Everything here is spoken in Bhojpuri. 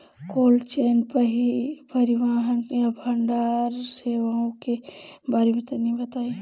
कोल्ड चेन परिवहन या भंडारण सेवाओं के बारे में तनी बताई?